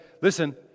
listen